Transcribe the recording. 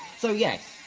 so, yes,